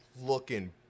Looking